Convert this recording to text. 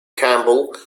campbell